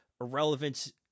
Irrelevance